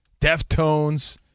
Deftones